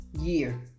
year